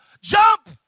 Jump